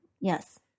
yes